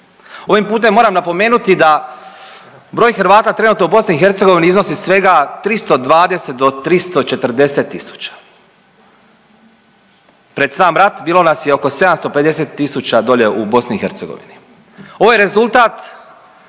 Ovim putem moram napomenuti da broj Hrvata trenutno u BiH iznosi svega 320 do 340 tisuća, pred sam rat bilo nas je oko 750 tisuća dolje u BiH. Ovo je rezultat